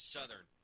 Southern